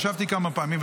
ישבתי כמה פעמים,